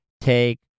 take